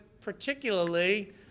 particularly